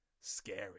scary